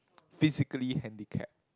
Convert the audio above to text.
physically handicapped